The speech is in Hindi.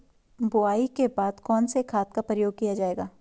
बुआई के बाद कौन से खाद का प्रयोग किया जायेगा?